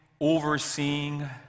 overseeing